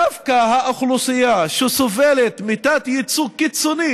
דווקא האוכלוסייה שסובלת מתת-ייצוג קיצוני